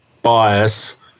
bias